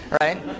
right